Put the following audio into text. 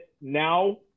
now